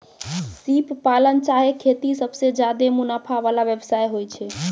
सिप पालन चाहे खेती सबसें ज्यादे मुनाफा वला व्यवसाय होय छै